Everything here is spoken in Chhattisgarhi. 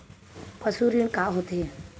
पशु ऋण का होथे?